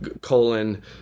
colon